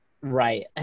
Right